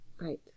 Right